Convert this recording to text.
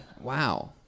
Wow